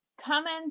comments